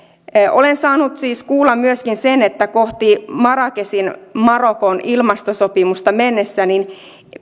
olen siis saanut kuulla myöskin sen että kohti marokon marrakechin ilmastosopimusta mennessä